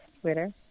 Twitter